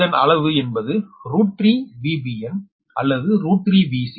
இதன் அளவு என்பது √3VBn அல்லது √3VCn